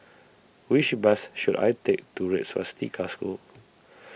which bus should I take to Red Swastika School